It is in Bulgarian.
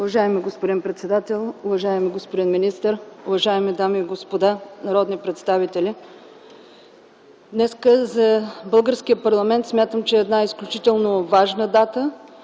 Уважаеми господин председател, уважаеми господин министър, уважаеми дами и господа народни представители! Смятам, че днес за българския парламент е една изключително важна дата